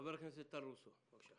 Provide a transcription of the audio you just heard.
חבר הכנסת טל רוסו, בבקשה.